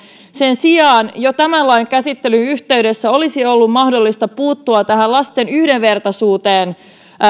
sen sijaan jo tämän lain käsittelyn yhteydessä olisi ollut mahdollista puuttua tähän lasten yhdenvertaisuuden